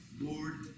Lord